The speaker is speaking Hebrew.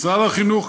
משרד החינוך,